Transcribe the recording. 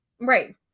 Right